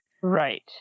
Right